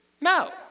No